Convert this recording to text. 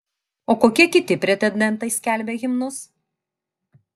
o kokie kiti pretendentai skelbia himnus